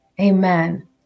Amen